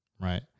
Right